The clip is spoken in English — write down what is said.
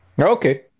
Okay